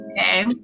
Okay